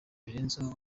birenzeho